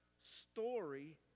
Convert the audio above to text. story